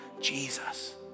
Jesus